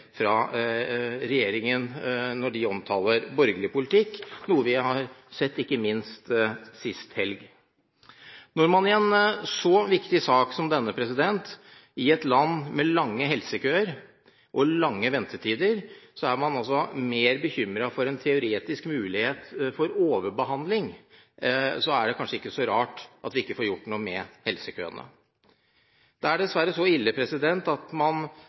fra regjeringen når de omtaler borgerlig politikk, noe vi har sett – ikke minst sist helg. Når man i en så viktig sak som denne, i et land med lange helsekøer og lange ventetider, er mer bekymret for en teoretisk mulighet for overbehandling, er det kanskje ikke så rart at vi ikke får gjort noe med helsekøene. Det er dessverre så ille at man